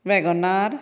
wagner